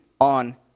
on